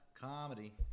Comedy